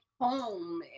home